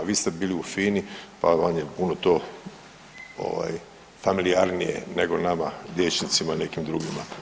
Vi ste bili u FINA-i pa vam je puno to familijarnije nego nama liječnicima i nekim drugim.